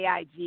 AIG